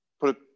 put